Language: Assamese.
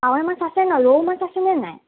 কাৱৈ মাছ আছেনে নাই ৰৌ মাছ আছেনে নাই